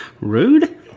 Rude